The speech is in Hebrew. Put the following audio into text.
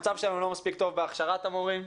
המצב שלנו לא מספיק טוב בהכשרת המורים,